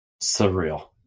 surreal